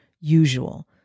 usual